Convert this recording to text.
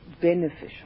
beneficial